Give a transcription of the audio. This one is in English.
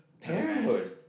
Parenthood